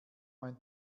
mein